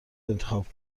انتخاب